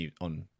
on